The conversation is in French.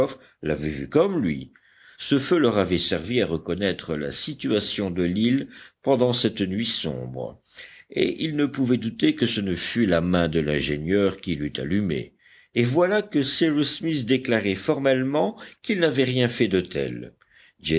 l'avaient vu comme lui ce feu leur avait servi à reconnaître la situation de l'île pendant cette nuit sombre et ils ne pouvaient douter que ce ne fût la main de l'ingénieur qui l'eût allumé et voilà que cyrus smith déclarait formellement qu'il n'avait rien fait de tel